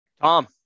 Tom